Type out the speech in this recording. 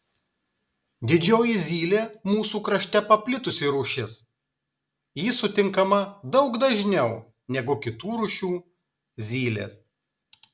didžioji zylė mūsų krašte paplitusi rūšis ji sutinkama daug dažniau negu kitų rūšių zylės